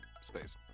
space